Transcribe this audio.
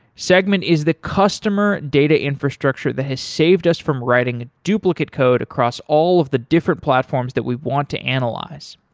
segment is the customer data infrastructure that has saved us from writing duplicate code across all of the different platforms that we want to analyze.